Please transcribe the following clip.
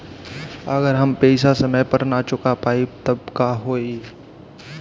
अगर हम पेईसा समय पर ना चुका पाईब त का होई?